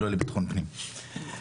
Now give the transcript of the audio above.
בבקשה.